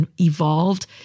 evolved